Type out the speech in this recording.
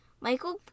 Michael